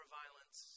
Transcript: violence